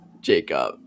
Jacob